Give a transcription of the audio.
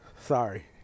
Sorry